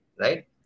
right